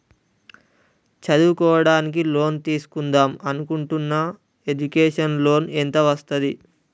చదువుకోవడానికి లోన్ తీస్కుందాం అనుకుంటున్నా ఎడ్యుకేషన్ లోన్ ఎంత వస్తది?